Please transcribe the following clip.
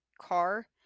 car